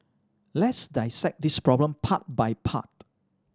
let's dissect this problem part by part